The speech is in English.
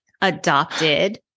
adopted